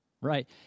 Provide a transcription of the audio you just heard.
right